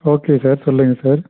okay sir சொல்லுங்கள் sir